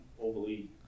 overly